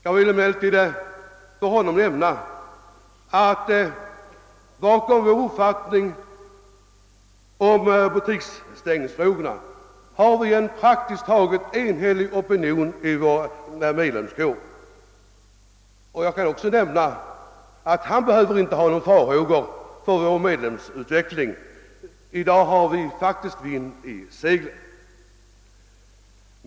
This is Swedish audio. Jag vill emellertid säga herr Romanus att bakom vår uppfattning om butiksstängningen finns en praktiskt taget enhällig opinion inom medlemskåren, och jag kan också tala om att han inte behöver hysa några farhågor för medlemsutvecklingen. I dag har vi faktiskt vind i seglen.